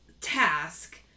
task